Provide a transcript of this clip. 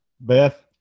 Beth